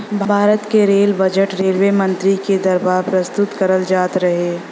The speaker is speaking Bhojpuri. भारत क रेल बजट रेलवे मंत्री के दवारा प्रस्तुत करल जात रहे